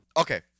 Okay